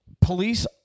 police